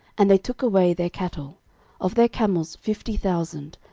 and they took away their cattle of their camels fifty thousand,